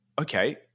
okay